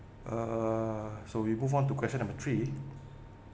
uh so we move on to question number three